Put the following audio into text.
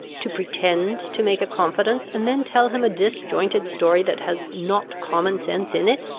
to pretend to make a confidence, and then tell him a disjointed story that has not common sense in it!